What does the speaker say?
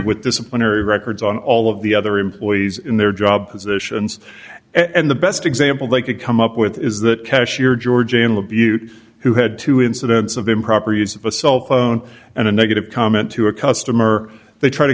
with disciplinary records on all of the other employees in their jobs issuance and the best example they could come up with is that cashier georgann with bute who had two incidents of improper use of a cell phone and a negative comment to a customer they tr